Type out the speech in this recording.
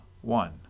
one